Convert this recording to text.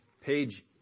page